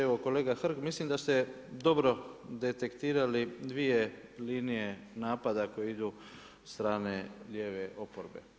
Evo kolega Hrg, mislim da ste dobro detektirali dvije linije napada koje idu od strane lijeve oporbe.